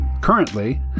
currently